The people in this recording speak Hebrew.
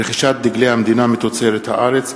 רכישת דגלי המדינה מתוצרת הארץ),